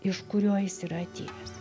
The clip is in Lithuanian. iš kurio jis yra atėjęs